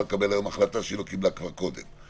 לקבל היום החלטה שהיא לא קיבלה כבר קודם.